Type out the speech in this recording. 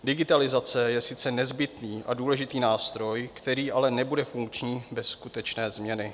Digitalizace je sice nezbytný a důležitý nástroj, který ale nebude funkční bez skutečné změny.